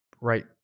right